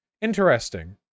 Interesting